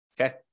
Okay